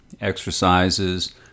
exercises